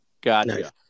Gotcha